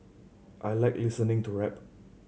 I like listening to rap